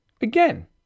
Again